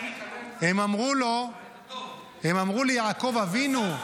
הם אמרו ליעקב אבינו, חבר הכנסת קריב.